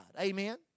Amen